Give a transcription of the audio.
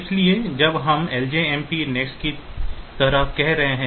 इसलिए जब हम लजमप नेक्स्ट की तरह कह रहे हैं